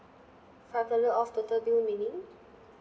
five dollar off total bill meaning